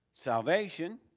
Salvation